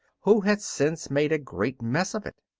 who had since made a great mess of it.